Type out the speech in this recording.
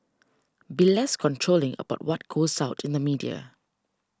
be less controlling about what goes out in the media